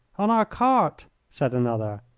on our cart, said another.